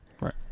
Right